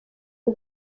iyi